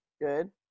Good